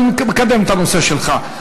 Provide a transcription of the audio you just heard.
אני מקדם את הנושא שלך.